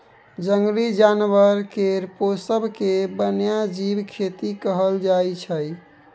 जंगली जानबर केर पोसब केँ बन्यजीब खेती कहल जाइ छै